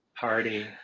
Party